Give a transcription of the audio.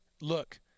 Look